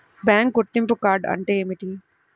Bank గుర్తింపు card అంటే ఏమిటి?